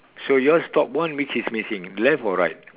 so yours top one which is missing left or right